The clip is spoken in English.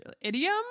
idiom